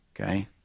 okay